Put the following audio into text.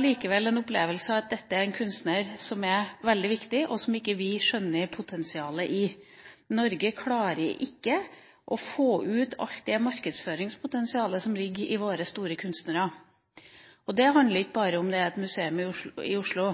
likevel en opplevelse av at dette er en kunstner som er veldig viktig, og som vi ikke skjønner potensialet i. Norge klarer ikke å få ut alt det markedsføringspotensialet som ligger i våre store kunstnere. Det handler ikke bare om at det er et museum i Oslo,